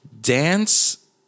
dance